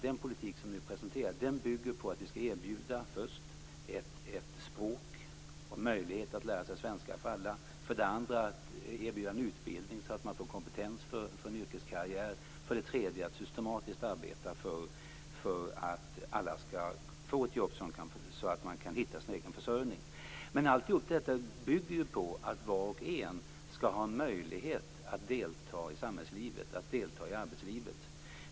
Den politik som nu presenteras bygger på att vi för det första skall erbjuda ett språk genom att ge alla möjlighet att lära sig svenska. För det andra skall vi erbjuda en utbildning så att man får kompetens för en yrkeskarriär. För det tredje skall vi systematiskt arbeta för att alla skall få ett jobb så att man kan hitta sin egen försörjning. Men allt detta bygger på att var och en skall ha möjlighet att delta i samhällslivet och arbetslivet.